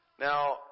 Now